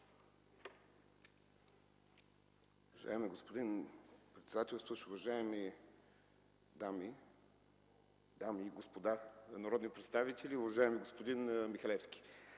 Уважаеми господин председател, уважаеми дами и господа народни представители, уважаеми господин Али!